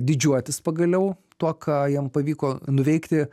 didžiuotis pagaliau tuo ką jam pavyko nuveikti